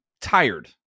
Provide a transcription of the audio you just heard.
tired